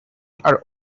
are